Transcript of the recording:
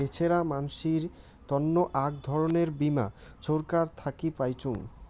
বেছেরা মানসির তন্ন আক ধরণের বীমা ছরকার থাকে পাইচুঙ